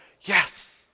yes